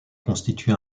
constitue